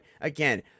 again